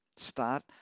Start